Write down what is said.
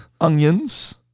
onions